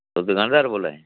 तुस दकानदार बोला दे